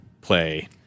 play